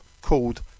called